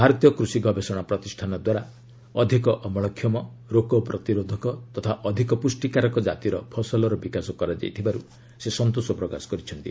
ଭାରତୀୟ କୃଷି ଗବେଷଣା ପ୍ରତିଷ୍ଠାନ ଦ୍ୱାରା ଅଧିକ ଅମଳକ୍ଷମ ରୋଗ ପ୍ରତିରୋଧକ ତଥା ଅଧିକ ପ୍ରଷ୍ଟିକାରକ ଜାତିର ଫସଲର ବିକାଶ କରାଯାଇଥିବାର୍ ସେ ସନ୍ତୋଷ ପ୍ରକାଶ କରିଛନ୍ତି